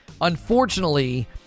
unfortunately